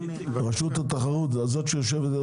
רשות התחרות, זאת שיושבת.